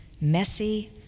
messy